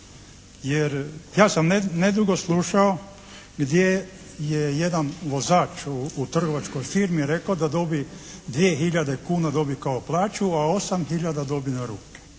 jer ja sam nedugo slušao gdje je jedan vozač u trgovačkoj firmi rekao da dobi 2 hiljade kuna dobi kao plaću, a 8 hiljada dobi na ruke.